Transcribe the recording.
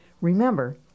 Remember